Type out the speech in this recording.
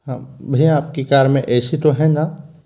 हाँ भैया आपकी कार में ए सी तो है ना